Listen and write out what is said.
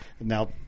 now